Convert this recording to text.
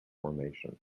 formation